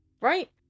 right